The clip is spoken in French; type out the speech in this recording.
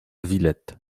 villette